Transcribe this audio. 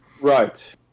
Right